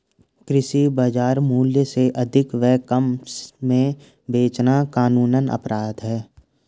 कृषि बाजार मूल्य से अधिक व कम में बेचना कानूनन अपराध है